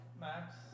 Max